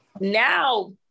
Now